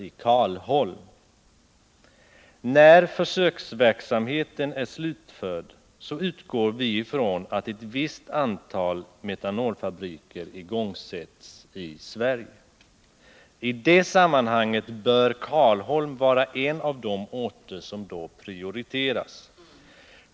Vi utgår från att när försöksverksamheten är slutförd ett visst antal metanolfabriker igångsätts i Sverige. I det sammanhanget bör Karlholm vara en av de orter som då prioriteras.